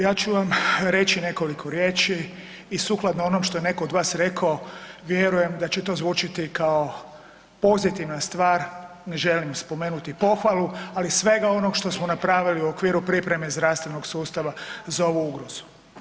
Ja ću vam reći nekoliko riječi i sukladno onom što je ono netko od vas rekao vjerujem da će to zvučiti kao pozitivna stvar ne želim spomenuti pohvalu, ali iz svega onog što smo napravili u okviru pripreme zdravstvenog sustava za ovu ugrozu.